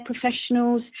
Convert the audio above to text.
professionals